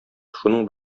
шуның